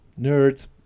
Nerds